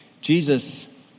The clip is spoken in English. Jesus